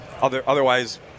otherwise